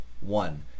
One